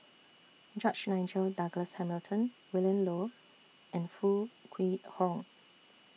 George Nigel Douglas Hamilton Willin Low and Foo Kwee Horng